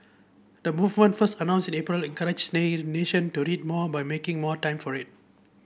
the movement first announced in April encourage the nation to read more by making more time for it